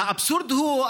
והאבסורד הוא,